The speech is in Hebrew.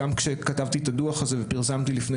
גם כשכתבתי את הדו"ח הזה ופרסמתי לפני